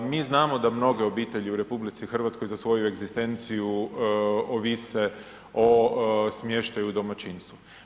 Mi znamo da mnoge obitelji u RH za svoju egzistenciju ovise o smještaju u domaćinstvu.